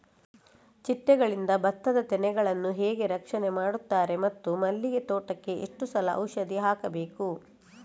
ಚಿಟ್ಟೆಗಳಿಂದ ಭತ್ತದ ತೆನೆಗಳನ್ನು ಹೇಗೆ ರಕ್ಷಣೆ ಮಾಡುತ್ತಾರೆ ಮತ್ತು ಮಲ್ಲಿಗೆ ತೋಟಕ್ಕೆ ಎಷ್ಟು ಸಲ ಔಷಧಿ ಹಾಕಬೇಕು?